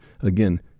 again